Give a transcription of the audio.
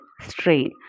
strain